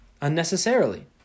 unnecessarily